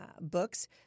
books